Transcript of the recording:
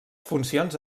funcions